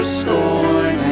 scorn